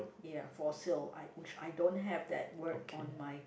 ya for sale I which I don't have that word on my